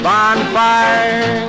Bonfire